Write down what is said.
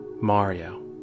Mario